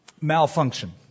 malfunction